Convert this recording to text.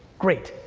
great.